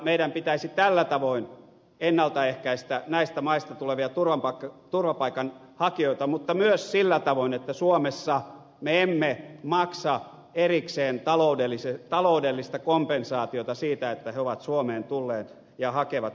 meidän pitäisi tällä tavoin ennalta ehkäistä turvapaikanhakijoiden tuleminen näistä maista mutta myös sillä tavoin että suomessa me emme maksaisi erikseen taloudellista kompensaatiota siitä että he ovat suomeen tulleet ja hakevat täältä turvapaikkaa